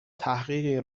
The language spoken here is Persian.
تحقیقی